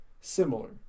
similar